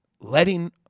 letting